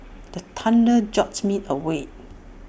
the thunder jolt me awake